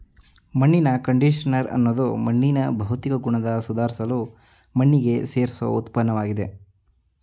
ಮಣ್ಣಿನ ಕಂಡಿಷನರ್ ಅನ್ನೋದು ಮಣ್ಣಿನ ಭೌತಿಕ ಗುಣನ ಸುಧಾರ್ಸಲು ಮಣ್ಣಿಗೆ ಸೇರ್ಸೋ ಉತ್ಪನ್ನಆಗಿದೆ